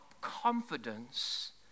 confidence